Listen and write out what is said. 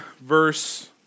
verse